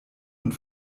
und